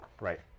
Right